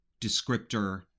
descriptor